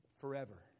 forever